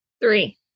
Three